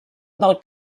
del